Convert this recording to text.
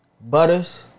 Butters